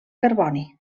carboni